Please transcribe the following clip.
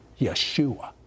Yeshua